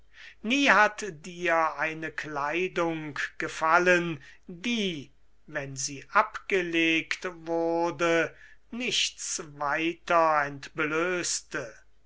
nie hat dir eine kleidung gefallen die wenn sie abgelegt wurde nichts weiter entblößte